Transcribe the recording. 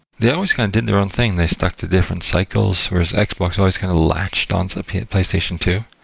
they always kind of did their own thing. they stuck to different cycles, whereas xbox always kind of latched onto the playstation two.